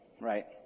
right